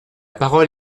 parole